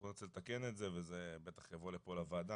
עוד צריך לתקן את זה וזה בטח יבוא לפה לוועדה,